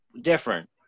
different